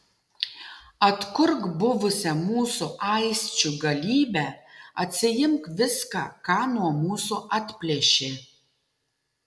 atkurk buvusią mūsų aisčių galybę atsiimk viską ką nuo mūsų atplėšė